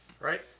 right